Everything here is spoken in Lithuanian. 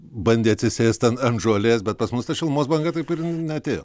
bandė atsisėst ant ant žolės bet pas mus ta šilumos banga taip ir neatėjo